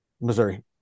Missouri